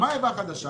איבה חדשה